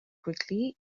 quickly